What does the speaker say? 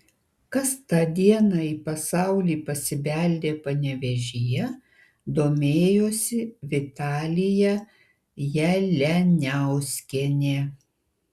kas tą dieną į pasaulį pasibeldė panevėžyje domėjosi vitalija jalianiauskienė